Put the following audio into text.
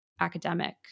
academic